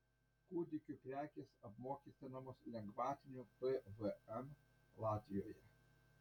kūdikių prekės apmokestinamos lengvatiniu pvm latvijoje